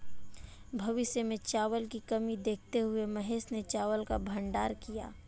भविष्य में चावल की कमी देखते हुए महेश ने चावल का भंडारण किया